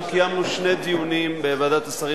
אנחנו קיימנו שני דיונים בוועדת השרים לחקיקה,